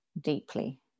deeply